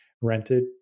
rented